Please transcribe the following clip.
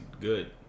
good